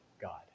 God